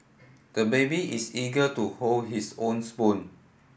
the baby is eager to hold his own spoon